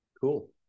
cool